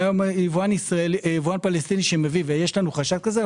אנו יבואן פלסטיני שמביא ויש לנו חשד כזה,